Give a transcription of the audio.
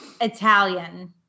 Italian